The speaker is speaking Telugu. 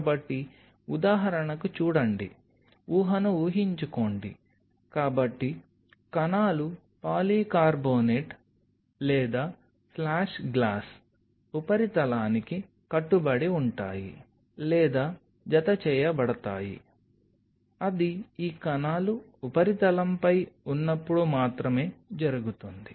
కాబట్టి ఉదాహరణకు చూడండి ఊహని ఊహించుకోండి కాబట్టి కణాలు పాలికార్బోనేట్ లేదా స్లాష్ గ్లాస్ ఉపరితలానికి కట్టుబడి ఉంటాయి లేదా జతచేయబడతాయి అది ఈ కణాలు ఉపరితలంపై ఉన్నప్పుడు మాత్రమే జరుగుతుంది